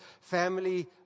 family